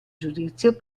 giudizio